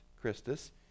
Christus